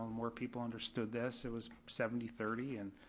more people understood this, it was seventy thirty, and